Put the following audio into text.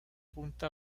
punta